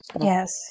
Yes